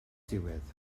diwedd